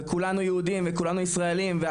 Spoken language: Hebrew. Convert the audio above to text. וכולנו יהודים וכולנו ישראלים,